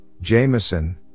Jameson